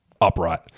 upright